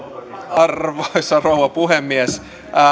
arvoisa rouva puhemies